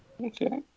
Okay